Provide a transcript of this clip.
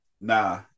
Nah